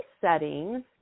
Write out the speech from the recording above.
settings